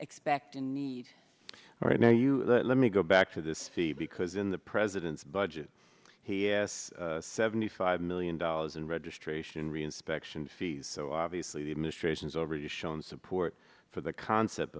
expect and need right now you let me go back to this city because in the president's budget he has seventy five million dollars in registration reinspection fees so obviously the administration's already shown support for the concept